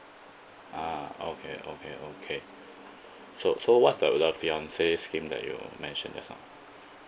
ah okay okay okay so so what's the the fiance scheme that you mentioned just now